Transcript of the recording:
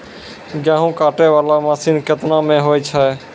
गेहूँ काटै वाला मसीन केतना मे होय छै?